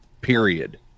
Period